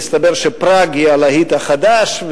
ומסתבר שפראג היא הלהיט החדש.